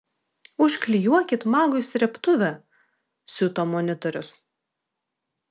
užklijuokit magui srėbtuvę siuto monitorius